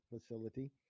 facility